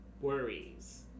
Worries